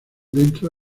dentro